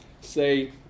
say